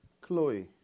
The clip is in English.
Chloe